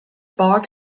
bar